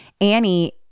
Annie